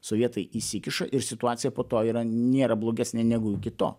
sovietai įsikiša ir situacija po to yra nėra blogesnė negu iki to